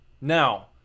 Now